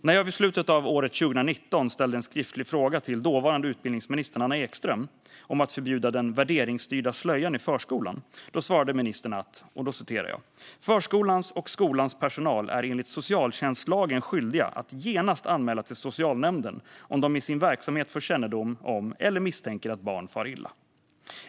När jag vid slutet av 2019 ställde en skriftlig fråga till dåvarande utbildningsministern Anna Ekström om att förbjuda den värderingsstyrda slöjan i förskolan svarade ministern: "Förskolans och skolans personal är enligt socialtjänstlagen skyldiga att genast anmäla till socialnämnden om de i sin verksamhet får kännedom om eller misstänker att barn far illa.